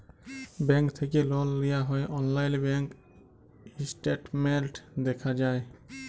bank থ্যাকে লল লিয়া হ্যয় অললাইল ব্যাংক ইসট্যাটমেল্ট দ্যাখা যায়